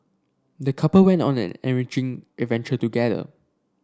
the couple went on an enriching adventure together